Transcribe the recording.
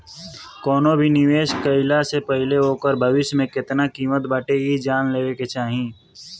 कवनो भी निवेश के कईला से पहिले ओकर भविष्य में केतना किमत बाटे इ जान लेवे के चाही